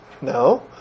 No